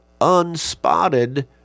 unspotted